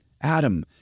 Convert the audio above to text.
Adam